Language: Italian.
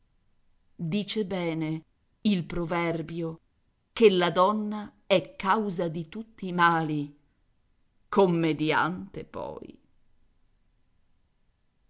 dice bene il proverbio che la donna è causa di tutti i mali commediante poi